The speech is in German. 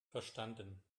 verstanden